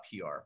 PR